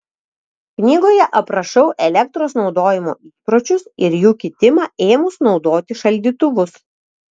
knygoje aprašau elektros naudojimo įpročius ir jų kitimą ėmus naudoti šaldytuvus